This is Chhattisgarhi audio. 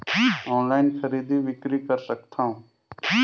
ऑनलाइन खरीदी बिक्री कर सकथव?